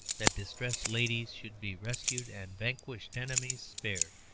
that distressed ladies should be rescued, and vanquished enemies spared.